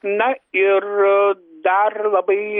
na ir dar labai